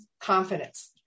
confidence